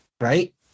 Right